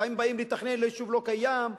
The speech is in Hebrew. לפעמים באים לתכנן ליישוב לא-קיים,